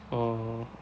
oh